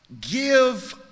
give